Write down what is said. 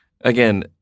Again